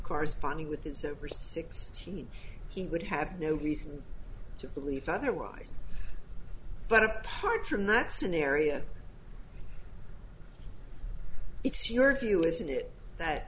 corresponding with a sober sixteen he would have no reason to believe otherwise but apart from that scenario it's your view isn't it that